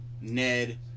Ned